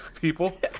people